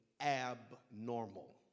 abnormal